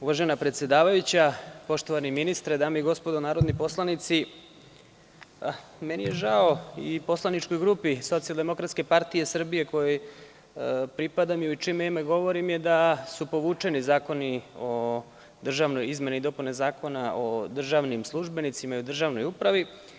Uvažena predsedavajuća, poštovani ministre, dame i gospodo narodni poslanici, meni je žao i poslaničkoj grupi SDPS, kojoj pripadam i u čije ime govorim, što su povučeni zakoni o izmeni i dopuni Zakona o državnim službenicima i o državnoj upravi.